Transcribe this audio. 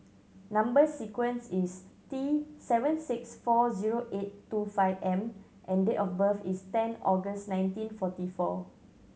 number sequence is T seven six four zero eight two five M and date of birth is ten August nineteen forty four